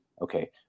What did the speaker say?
okay